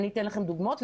אתן לכם דוגמאות,